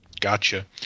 Gotcha